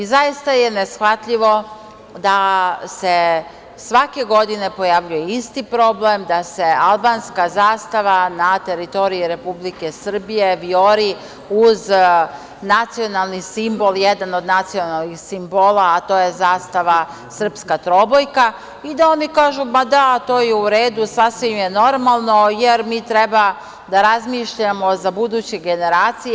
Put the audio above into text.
Zaista je neshvatljivo da se svake godine pojavljuje isti problem, da se albanska zastava na teritoriji Republike Srbije vijori uz nacionalni simbol, jedan od nacionalnih simbola, a to je zastava srpska trobojka i da oni kažu - ma da, to je u redu, sasvim je normalno, jer mi treba da razmišljamo za buduće generacije.